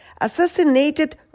assassinated